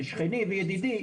שכני וידידי,